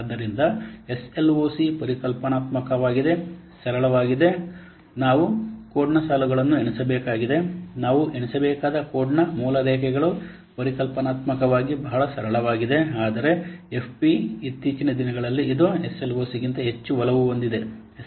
ಆದ್ದರಿಂದ ಎಸ್ಎಲ್ಒಸಿ ಪರಿಕಲ್ಪನಾತ್ಮಕವಾಗಿ ಸರಳವಾಗಿದೆ ನಾವು ಕೋಡ್ನ ಸಾಲುಗಳನ್ನು ಎಣಿಸಬೇಕಾಗಿದೆ ನಾವು ಎಣಿಸಬೇಕಾದ ಕೋಡ್ನ ಮೂಲ ರೇಖೆಗಳು ಪರಿಕಲ್ಪನಾತ್ಮಕವಾಗಿ ಬಹಳ ಸರಳವಾಗಿದೆ ಆದರೆ ಎಫ್ಪಿ ಇತ್ತೀಚಿನ ದಿನಗಳಲ್ಲಿ ಇದು ಎಸ್ಎಲ್ಒಸಿಗಿಂತ ಹೆಚ್ಚು ಒಲವು ಹೊಂದಿದೆ